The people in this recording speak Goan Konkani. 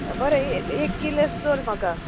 बरें एक किल्ल्याच धोर म्हाका